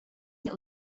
nie